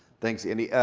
thanks andy.